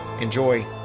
Enjoy